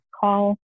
call